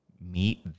meet